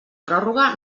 pròrroga